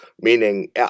meaning